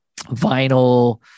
vinyl